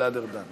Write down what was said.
אסטרטגיים